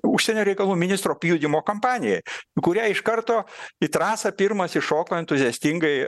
užsienio reikalų ministro pjudymo kampanijai kurią iš karto į trasą pirmas įšoko entuziastingai